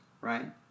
right